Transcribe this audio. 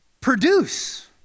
produce